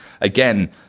again